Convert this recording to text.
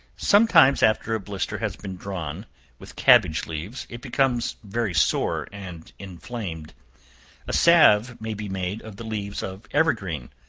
sometimes after a blister has been drawn with cabbage leaves, it becomes very sore and inflamed a salve may be made of the leaves of evergreen,